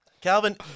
Calvin